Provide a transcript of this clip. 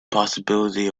possibility